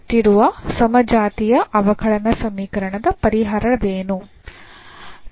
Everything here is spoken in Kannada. ಕೊಟ್ಟಿರುವ ಸಮಜಾತೀಯ ಅವಕಲನ ಸಮೀಕರಣದ ಪರಿಹಾರವೇನು